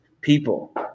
people